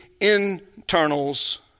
internals